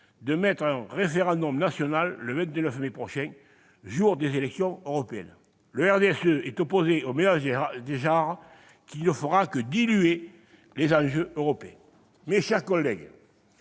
d'organiser un référendum national le 26 mai prochain, jour des élections européennes. Le RDSE est opposé aux mélanges des genres, ce qui ne fera que diluer les enjeux européens. Mes chers collègues,